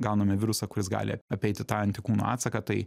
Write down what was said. gauname virusą kuris gali apeiti tą antikūnų atsaką tai